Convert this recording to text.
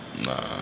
Nah